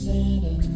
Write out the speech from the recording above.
Santa